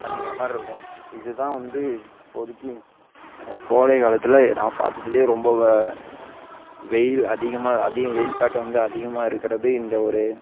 அதிகமாக இருக்கும் இதுதான் வந்து இப்போதிக்கு கோடைகாலத்தில் நான் பார்த்ததுலே ரொம்ப வா வெயில் அதிகமாக அதிக வெயில் தாக்கம் வந்து அதிகமாக இருக்கிகறது இந்த ஓரு